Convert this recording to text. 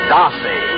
Darcy